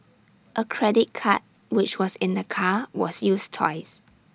A credit card which was in the car was used twice